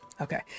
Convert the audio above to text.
okay